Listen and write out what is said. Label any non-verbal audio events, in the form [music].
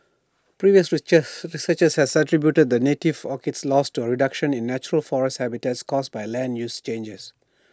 previous [unintelligible] researchers had attributed the native orchid's loss to A reduction in natural forest habitats caused by land use changes